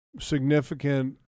significant –